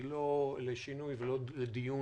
היא לא לשינוי ולא לדיון